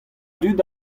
dud